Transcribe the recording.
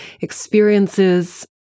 experiences